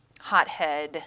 hothead